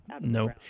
Nope